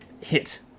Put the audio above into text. hit